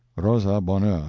rosa bonheur.